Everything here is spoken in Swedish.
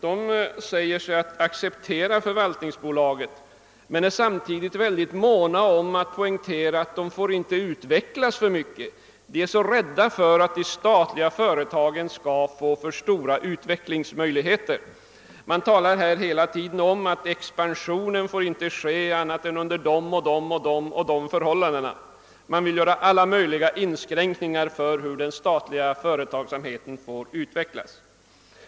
De säger sig acceptera förvaltningsbolaget men är samtidigt måna om att poängtera att det inte får utvecklas för mycket. De fruktar mycket för att de statliga företagen skall få för stora utvecklingsmöjligheter. De talar hela tiden om att expansionen inte får ske annat än under vissa bestämda förhållanden. Man vill göra alla möjliga inskränkningar i den statliga företagsamhetens förutsättningar att utvecklas.